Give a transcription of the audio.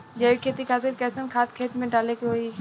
जैविक खेती खातिर कैसन खाद खेत मे डाले के होई?